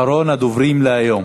אחרון הדוברים להיום.